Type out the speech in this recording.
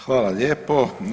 Hvala lijepo.